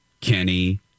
Kenny